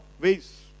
ways